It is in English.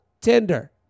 Tinder